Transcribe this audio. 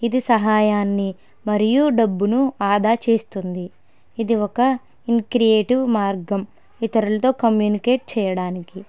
ఇది సహాయాన్ని మరియు డబ్బును ఆదా చేస్తుంది ఇది ఒక ఇన్క్రియేటివ్ మార్గం ఇతరులతో కమ్యూనికేట్ చేయడానికి